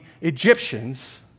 Egyptians